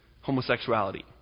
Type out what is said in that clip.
homosexuality